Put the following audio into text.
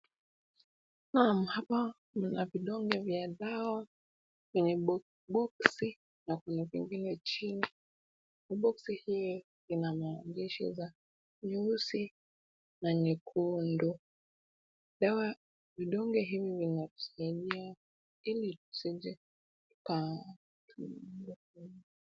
Naam, hapa kuna vidonge vya dawa kwenye boksi na kuna vingine chini. Boksi hii ina maandishi za nyeusi na nyekundu. Vidonge hivi vinamsaidia ili tusije. Tuka.